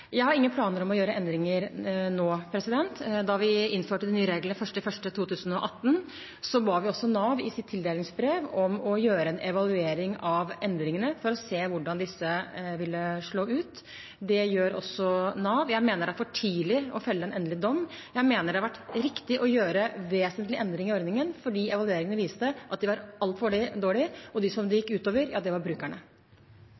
Jeg har ingen planer om å gjøre endringer nå. Da vi innførte de nye reglene 1. januar 2018, ba vi også Nav i tildelingsbrevet om å gjøre en evaluering av endringene for å se hvordan disse ville slå ut. Det gjør også Nav. Jeg mener det er for tidlig å felle en endelig dom. Jeg mener det har vært riktig å gjøre vesentlige endringer i ordningen, fordi evalueringene viste at de var altfor dårlige, og dem det